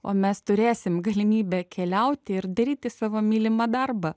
o mes turėsim galimybę keliauti ir daryti savo mylimą darbą